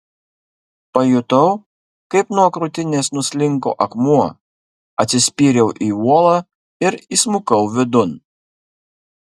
pajutau kaip nuo krūtinės nuslinko akmuo atsispyriau į uolą ir įsmukau vidun